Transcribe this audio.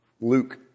Luke